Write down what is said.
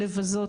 לבזות.